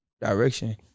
direction